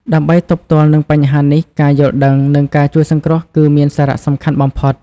ដើម្បីទប់ទល់នឹងបញ្ហានេះ ការយល់ដឹង និងការជួយសង្គ្រោះគឺមានសារៈសំខាន់បំផុត។